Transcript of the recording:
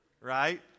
Right